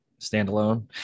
standalone